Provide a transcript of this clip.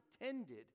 intended